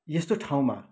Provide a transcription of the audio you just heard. यस्तो ठाउँमा